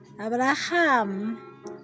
Abraham